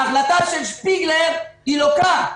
ההחלטה של שפיגלר לוקה.